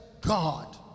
God